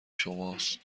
شماست